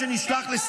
בעיתון אל-ג'זירה.